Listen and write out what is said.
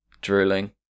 drooling